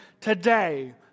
Today